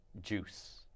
juice